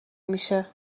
میشه